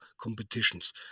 competitions